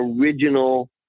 original